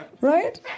right